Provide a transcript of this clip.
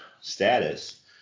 status